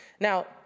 Now